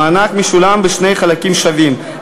המענק משולם בשני חלקים שווים,